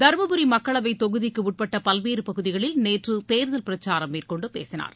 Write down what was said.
தருமபுரி மக்களவை தொகுதிக்குட்பட்ட பல்வேறு பகுதிகளில் நேற்று தேர்தல் பிரச்சாரம் மேற்கொண்டு பேசினார்